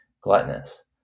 gluttonous